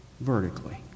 vertically